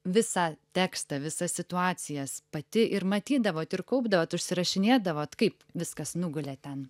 visą tekstą visas situacijas pati ir matydavot ir kaupdavot užsirašinėdavot kaip viskas nugulė ten